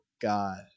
God